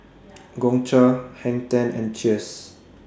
Gongcha Hang ten and Cheers